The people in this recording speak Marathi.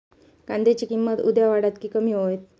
कांद्याची किंमत उद्या वाढात की कमी होईत?